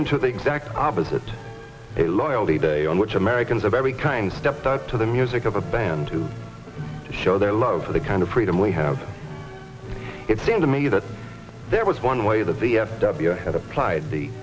into the exact opposite a loyalty day on which americans of every kind stepped up to the music of a band to show their love for the kind of freedom we have it seemed to me that there was one way the v f w had applied the